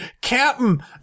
Captain